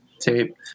tape